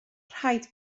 rhaid